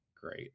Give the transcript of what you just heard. great